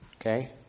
Okay